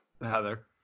Heather